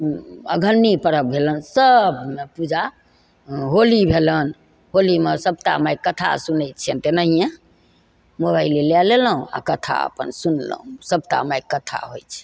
अगहनी पर्व भेलनि सबमे पूजा होली भेलनि होलीमे सप्ता माइ कथा सुनय छियनि तेनहिये मोबाइल लए लेलहुँ आओर कथा अपन सुनलहुँ सप्ता माइके कथा होइ छै